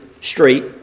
street